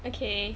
okay